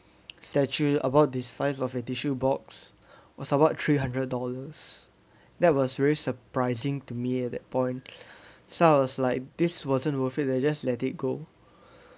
statue about the size of a tissue box was about three hundred dollars that was very surprising to me at that point so I was like this wasn't worth it leh just let it go